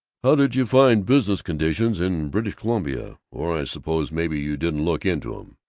how did you find business conditions in british columbia? or i suppose maybe you didn't look into em.